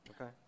Okay